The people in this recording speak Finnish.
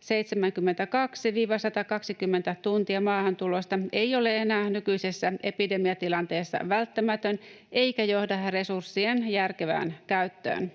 72—120 tuntia maahantulosta ei ole enää nykyisessä epidemiatilanteessa välttämätön eikä johda resurssien järkevään käyttöön.